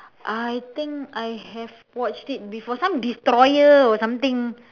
I think I have watched it before some destroyer or something